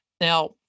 Now